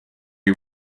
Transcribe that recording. are